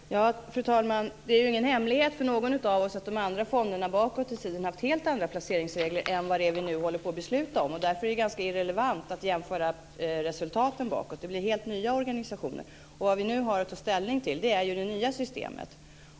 Fru talman! Det är ju ingen hemlighet för någon av oss att de andra fonderna bakåt i tiden har haft helt andra placeringsregler än dem som vi nu håller på att besluta om. Därför är det ganska irrelevant att jämföra resultaten bakåt. Det blir helt nya organisationer. Vad vi nu har att ta ställning till är ju det nya systemet.